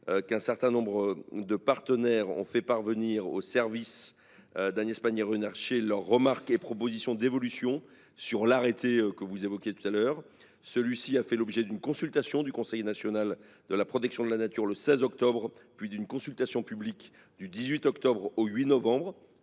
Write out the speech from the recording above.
qu’un certain nombre de partenaires ont fait parvenir aux services d’Agnès Pannier Runacher leurs remarques et propositions d’évolution sur l’arrêté que vous avez évoqué. Celui ci a fait l’objet d’une consultation du Conseil national de la protection de la nature le 16 octobre dernier, puis d’une consultation publique du 18 octobre au 8 novembre.